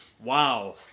Wow